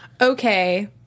okay